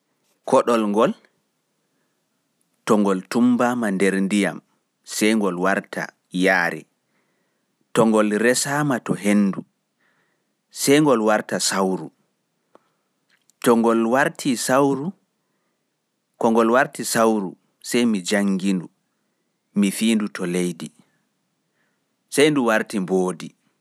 Koɗol ngol to ngol tumbaama nder ndiyam sai ngol warta yaare, to ngol resa ma to hendu sai ngol warta sauru. Ko ngol warti sauru sai mi janngindu mi fi leidi.